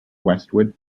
westwood